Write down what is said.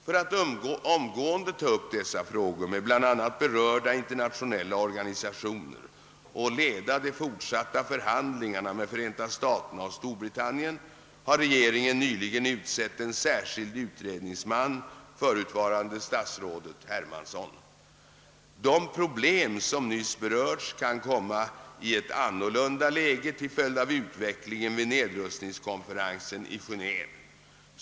För att omedelbart ta upp dessa frågor med bland annat berörda internationella organisationer och leda de fortsatta förhandlingarna med Förenta staterna och Storbritannien har regeringen nyligen utsett en särskild utredningsman, förutvarande statsrådet Hermansson. De problem som nyss berörts kan komma i ett annorlunda läge till följd av utvecklingen vid nedrustningskonferensen i Geneve.